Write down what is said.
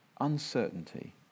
uncertainty